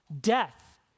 Death